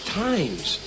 times